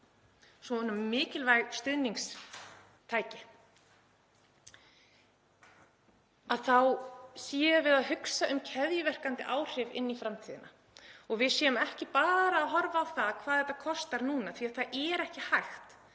svona mikilvæg stuðningstæki, að við séum að hugsa um keðjuverkandi áhrif inn í framtíðina og við séum ekki bara að horfa á það hvað þetta kostar núna því það er ekki hægt.